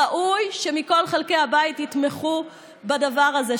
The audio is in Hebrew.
ראוי שמכל חלקי הבית יתמכו בדבר הזה,